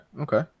Okay